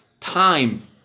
time